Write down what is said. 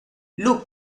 look